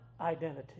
identity